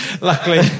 Luckily